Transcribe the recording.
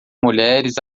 mulheres